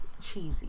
cheesy